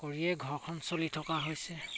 কৰিয়ে ঘৰখন চলি থকা হৈছে